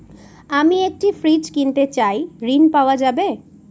আমি একটি ফ্রিজ কিনতে চাই ঝণ পাওয়া যাবে?